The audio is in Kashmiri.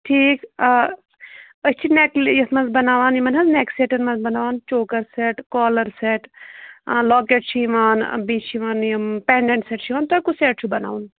ٹھیٖک آ أسۍ چھِ نٮ۪کلے یَس منٛز بَناوان یِمَن حظ نٮ۪ک سیٹَن منٛز بَناوان choker set collar set locket چھِ یِوان بیٚیہِ چھِ یِوان یِم پینٹ سیٚٹ چھِ یِوان تۄہہِ کُس سیٹ چھُو بَناوُن